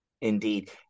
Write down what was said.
indeed